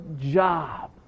job